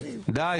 די.